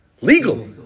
legal